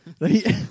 Right